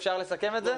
אפשר לסכם על זה?